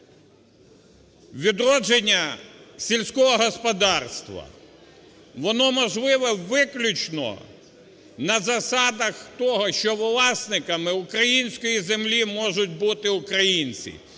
Відродження сільського господарства, воно можливе виключно на засадах того, що власниками української землі можуть бути українці.